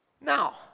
Now